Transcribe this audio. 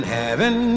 heaven